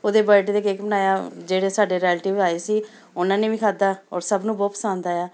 ਉਹਦੇ 'ਤੇ ਕੇਕ ਬਣਾਇਆ ਜਿਹੜੇ ਸਾਡੇ ਰੇਲੈਟਿਵ ਆਏ ਸੀ ਉਹਨਾਂ ਨੇ ਵੀ ਖਾਧਾ ਔਰ ਸਭ ਨੂੰ ਬਹੁਤ ਪਸੰਦ ਆਇਆ